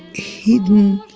hidden,